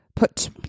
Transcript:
Put